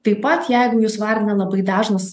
taip pat jeigu jus vargina labai dažnos